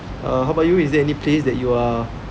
err how about you is there any place that you are